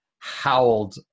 howled